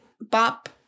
bop